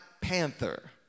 Panther